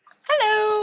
Hello